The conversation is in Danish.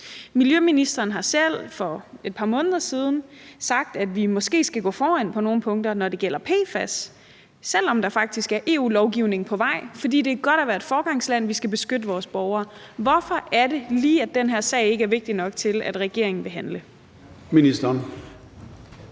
Miljøministeren har selv for et par måneder siden sagt, at vi måske skal gå foran på nogle punkter, når det gælder PFAS, selv om der faktisk er EU-lovgivning på vej, fordi det er godt at være et foregangsland og vi skal beskytte vores borgere. Hvorfor er det lige, at den her sag ikke er vigtig nok til, at regeringen vil handle?